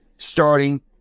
starting